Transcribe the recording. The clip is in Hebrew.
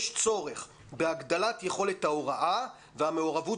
יש צורך בהגדלת יכולת ההוראה והמעורבות